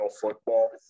football